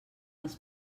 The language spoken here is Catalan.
als